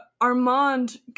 Armand